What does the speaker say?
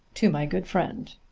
to my good friend.